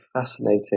fascinating